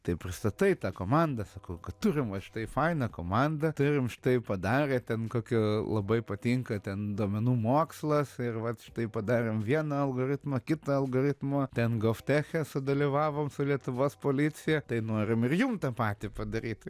tai pristatai tą komandą sakau kad turim va štai fainą komandą turim štai padarę ten kokią labai patinka ten duomenų mokslas ir vat štai padarėm vieną algoritmą kitą algoritmą ten gofteche sudalyvavom su lietuvos policija tai norim ir jum tą patį padaryt